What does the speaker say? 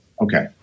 Okay